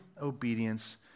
obedience